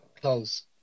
close